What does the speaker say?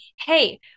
hey